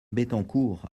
bettencourt